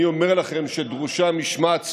אני אומר לכם שדרושה משמעת ציבורית.